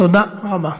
תודה רבה.